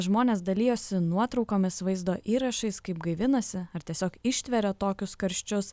žmonės dalijosi nuotraukomis vaizdo įrašais kaip gaivinasi ar tiesiog ištveria tokius karščius